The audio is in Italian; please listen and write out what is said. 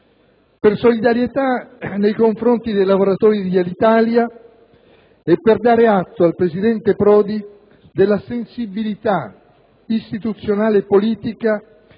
per solidarietà nei confronti dei lavoratori di Alitalia e per dare atto al presidente Prodi della sensibilità istituzionale e politica